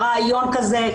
לא היה רעיון כזה,